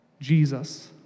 Jesus